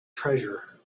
treasure